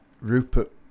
Rupert